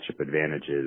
advantages